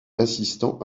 assistant